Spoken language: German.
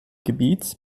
gebiets